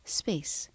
space